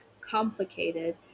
complicated